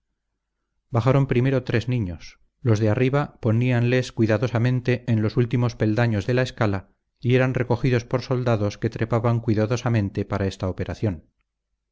bajaron primero tres niños los de arriba poníanles cuidadosamente en los últimos peldaños de la escala y eran recogidos por soldados que trepaban cuidadosamente para esta operación